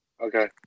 okay